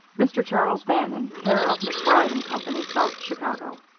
mr. charles bannon, care of macbride and company, south chicago